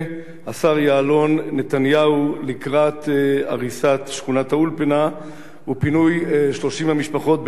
יעלון-נתניהו לקראת הריסת שכונת-האולפנה ופינוי 30 המשפחות,